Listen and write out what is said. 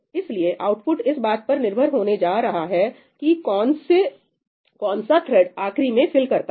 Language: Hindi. इसलिए आउटपुट इस बात पर निर्भर होने जा रहा है कि कौन सा थ्रेड आखिरी में फिल करता है